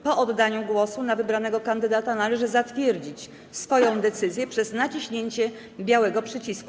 Po oddaniu głosu na wybranego kandydata należy zatwierdzić swoją decyzję przez naciśnięcie białego przycisku.